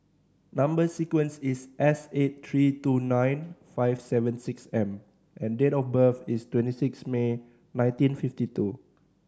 number sequence is S eight three two nine five seven six M and date of birth is twenty six May nineteen fifty two